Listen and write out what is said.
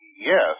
Yes